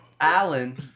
Alan